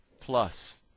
plus